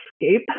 escape